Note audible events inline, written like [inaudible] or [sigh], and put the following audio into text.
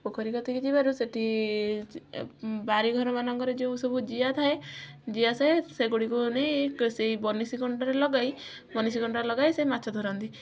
ପୋଖରୀ କତିକି ଯିବାରୁ ସେଠି ବାରି ଘର ମାନଙ୍କର ଯେଉଁ ସବୁ ଜିଆ ଥାଏ ଜିଆ [unintelligible] ସେଗୁଡ଼ିକୁ ନେଇ ସେଇ ବନିଶୀ କଣ୍ଟାରେ ଲଗାଇ ବନିଶୀ କଣ୍ଟାରେ ଲଗାଇ ସେଇ ମାଛ ଧରନ୍ତି